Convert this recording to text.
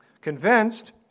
convinced